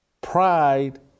pride